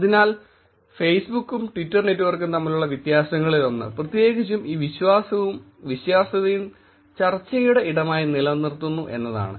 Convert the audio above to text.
അതിനാൽ ഫേസ്ബുക്കും ട്വിറ്റർ നെറ്റ്വർക്കും തമ്മിലുള്ള വ്യത്യാസങ്ങളിൽ ഒന്ന് പ്രത്യേകിച്ചും ഈ വിശ്വാസവും വിശ്വാസ്യതയും ചർച്ചയുടെ ഇടമായി നിലനിർത്തുന്നു എന്നതാണ്